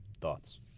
Thoughts